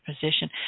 position